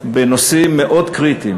בנושאים מאוד קריטיים